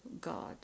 God